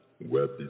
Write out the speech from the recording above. web